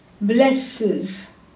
blesses